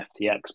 FTX